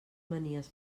manies